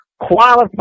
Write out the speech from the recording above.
qualified